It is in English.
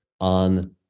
on